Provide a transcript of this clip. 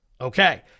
Okay